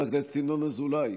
חבר הכנסת ינון אזולאי,